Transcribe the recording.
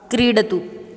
क्रीडतु